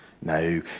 No